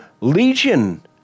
Legion